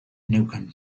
neukan